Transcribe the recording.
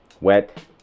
wet